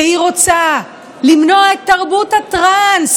שהיא רוצה למנוע את תרבות הטרנס,